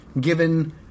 given